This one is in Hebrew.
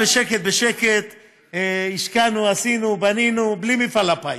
בשקט-בשקט השקענו, עשינו, בנינו, בלי מפעל הפיס,